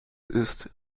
ist